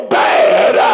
bad